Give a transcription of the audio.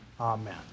Amen